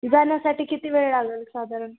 जाण्यासाठी किती वेळ लागेल साधारण